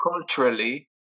culturally